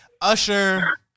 Usher